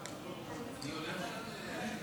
להתנגד.